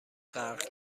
غرق